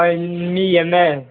ꯍꯣꯏ